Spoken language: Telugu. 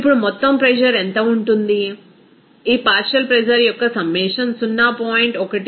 ఇప్పుడు మొత్తం ప్రెజర్ ఎంత ఉంటుంది ఈ పార్షియల్ ప్రెజర్ యొక్క సమ్మషన్ 0